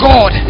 God